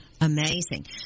Amazing